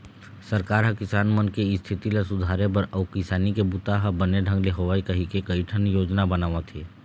सरकार ह किसान मन के इस्थिति ल सुधारे बर अउ किसानी के बूता ह बने ढंग ले होवय कहिके कइठन योजना बनावत हे